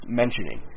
mentioning